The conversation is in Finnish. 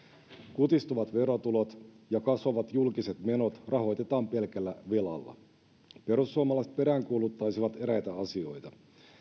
kutistuvat verotulot ja kasvavat julkiset menot rahoitetaan pelkällä velalla perussuomalaiset peräänkuuluttaisivat eräitä asioita